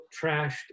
trashed